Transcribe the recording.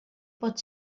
pot